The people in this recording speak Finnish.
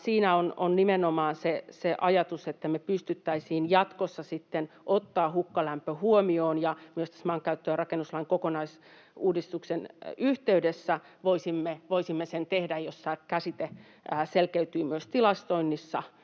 Siinä on nimenomaan se ajatus, että me pystyttäisiin jatkossa sitten ottamaan hukkalämmön huomioon, ja myös tässä maankäyttö‑ ja rakennuslain kokonaisuudistuksen yhteydessä voisimme sen tehdä, jos käsite selkeytyy myös tilastoinnissa,